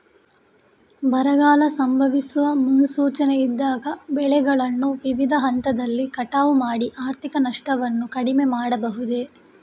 ಬರಗಾಲ ಸಂಭವಿಸುವ ಮುನ್ಸೂಚನೆ ಇದ್ದಾಗ ಬೆಳೆಗಳನ್ನು ವಿವಿಧ ಹಂತದಲ್ಲಿ ಕಟಾವು ಮಾಡಿ ಆರ್ಥಿಕ ನಷ್ಟವನ್ನು ಕಡಿಮೆ ಮಾಡಬಹುದೇ?